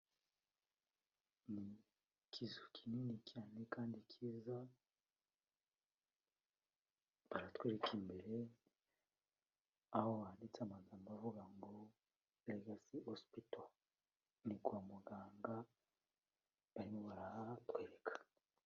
Ni ikizu kinini cyane kandi cyiza, baratwereka imbere aho banditse amagambo avuga ngo: Regasi hosipito. Ni kwa muganga barimo barahatwereka.